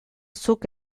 zuk